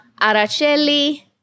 Araceli